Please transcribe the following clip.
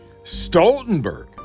Stoltenberg